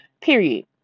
period